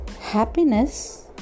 Happiness